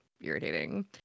irritating